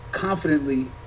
confidently